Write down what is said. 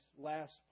last